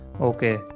Okay